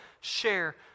share